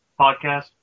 podcast